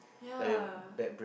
ya